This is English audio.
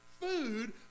food